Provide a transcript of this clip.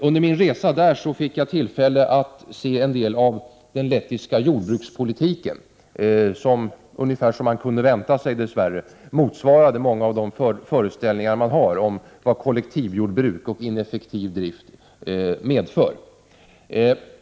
Under min resa fick jag tillfälle att något studera den lettiska jordbrukspolitiken, vilken — och detta kunde man, dess värre, vänta sig — överensstämde med många av de föreställningar som finns om vad kollektivjordbruken och ineffektiv drift medför.